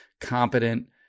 competent